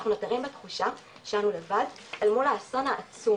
אנחנו נותרים בתחושה שאנו לבד אל מול האסון העצום